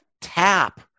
tap